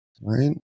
right